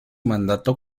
mandato